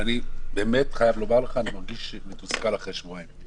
אני חייב לומר שאני מרגיש מתוסכל אחרי השבועיים האחרונים.